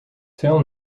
till